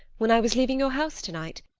when i was leaving your house to-night.